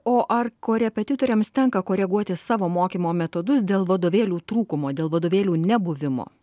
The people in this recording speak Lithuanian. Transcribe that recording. o ar korepetitoriams tenka koreguoti savo mokymo metodus dėl vadovėlių trūkumo dėl vadovėlių nebuvimo